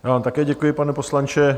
Já vám také děkuji, pane poslanče.